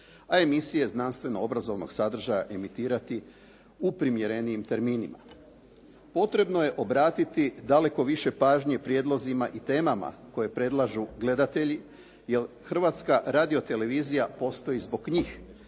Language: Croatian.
a emisije znanstvenog obrazovnog sadržaja emitirati u primjerenijim terminima. Potrebno je obratiti daleko više pažnje prijedlozima i temama koje predlažu gledatelji, jer Hrvatska radiotelevizija postoji zbog njih,